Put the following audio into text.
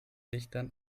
lichtern